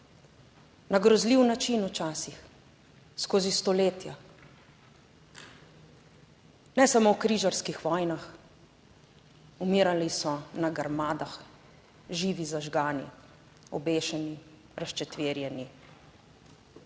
na grozljiv način, včasih skozi stoletja. Ne samo v križarskih vojnah, umirali so na grmadah, živi, zažgani, obešeni, razčetverjeni,